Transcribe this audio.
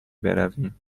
برویم